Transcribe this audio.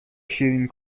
شیرین